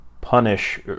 punish